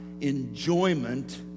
enjoyment